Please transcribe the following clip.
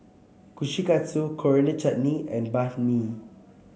Kushikatsu Coriander Chutney and Banh Mi